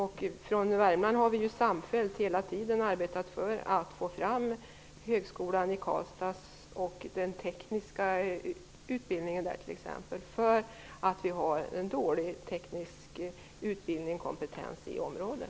Vi från Värmland har samfällt hela tiden arbetat för högskolan i Karlstad och den tekniska utbildningen där, eftersom det finns en dålig teknisk utbildning och kompetens i området.